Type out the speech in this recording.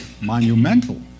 monumental